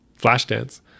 Flashdance